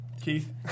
Keith